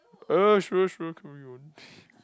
uh sure sure carry on